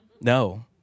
No